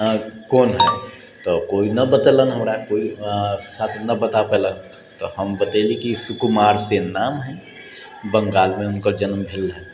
कोन हइ तऽ केओ नहि बतेलनि हमरा केओ छात्र नहि बता पाओल तऽ हम बतेली कि सुकुमार सेन नाम हइ बङ्गालमे हुनकर जन्म भेल रहनि